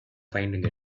finding